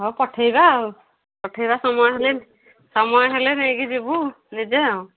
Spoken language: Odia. ହଉ ପଠେଇବା ଆଉ ପଠେଇବା ସମୟ ହେଲେ ସମୟ ହେଲେ ନେଇକି ଯିବୁ ନିଜେ ଆଉ